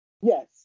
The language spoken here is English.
Yes